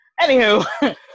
Anywho